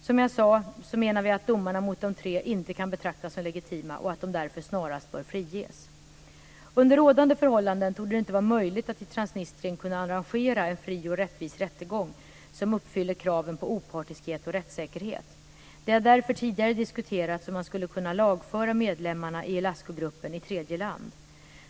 Som jag sade menar vi att domarna mot de tre inte kan betraktas som legitima och att de därför snarast bör friges. Under rådande förhållanden torde det inte vara möjligt att i Transnistrien kunna arrangera en fri och rättvis rättegång som uppfyller kraven på opartiskhet och rättssäkerhet. Det har därför tidigare diskuterats om man skulle kunna lagföra medlemmarna i Ilascugruppen i tredje land.